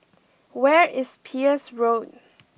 where is Peirce Road